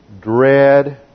dread